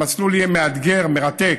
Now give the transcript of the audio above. המסלול יהיה מאתגר, מרתק,